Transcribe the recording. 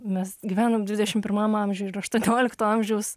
mes gyvenam dvidešim pirmam amžiuje ir aštuoniolikto amžiaus